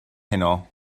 heno